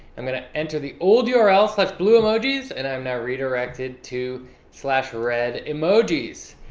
i'm going to enter the old yeah url slash blue emojis and i'm not redirected to slash red emojis.